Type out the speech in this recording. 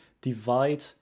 divide